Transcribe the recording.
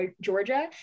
Georgia